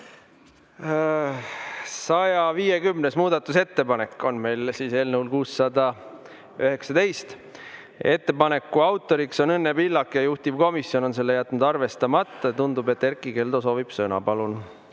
150. muudatusettepanek on meil, eelnõu 619. Ettepaneku autor on Õnne Pillak ja juhtivkomisjon on selle jätnud arvestamata. Tundub, et Erkki Keldo soovib sõna. Palun!